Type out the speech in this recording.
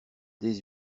des